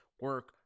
Work